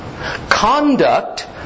conduct